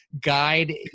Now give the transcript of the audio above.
guide